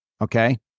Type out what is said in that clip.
Okay